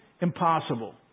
impossible